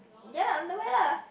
ya lah underwear lah